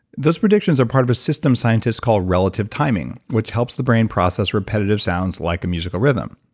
those predictions are part of a system scientists call relative timing, which helps the brain process repetitive sounds like a musical rhythm.